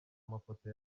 mafoto